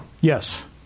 yes